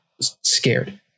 scared